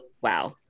wow